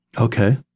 Okay